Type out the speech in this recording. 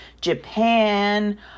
japan